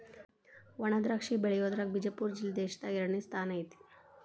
ವಣಾದ್ರಾಕ್ಷಿ ಬೆಳಿಯುದ್ರಾಗ ಬಿಜಾಪುರ ಜಿಲ್ಲೆ ದೇಶದಾಗ ಎರಡನೇ ಸ್ಥಾನ ಐತಿ